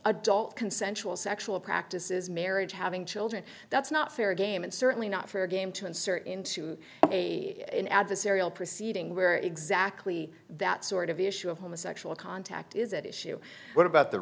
adult consensual sexual practices marriage having children that's not fair game and certainly not fair game to insert into an adversarial proceeding where exactly that sort of issue of homo sexual contact is at issue what about the